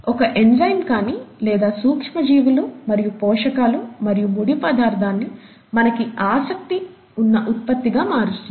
ఒక ఎంజైమ్ కానీ లేదా సూక్ష్మ జీవులు మరియు పోషకాలు మరియు ముడి పదార్ధాన్ని మనకి ఆసక్తి ఉన్న ఉత్పత్తిగా మారుస్తుంది